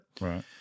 Right